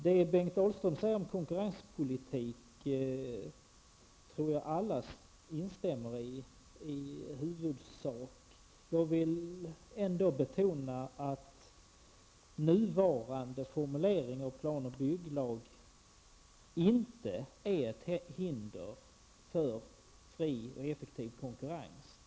Det som Bengt Dalström säger om konkurrenspolitik tror jag att alla i huvudsak instämmer i. Jag vill ändå betona att nuvarande formulering av plan och bygglagen inte är ett hinder för fri och effektiv konkurrens.